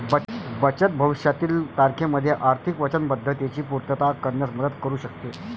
बचत भविष्यातील तारखेमध्ये आर्थिक वचनबद्धतेची पूर्तता करण्यात मदत करू शकते